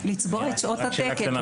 לצבוע את שעות התקן.